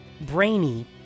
brainy